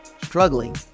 struggling